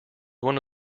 one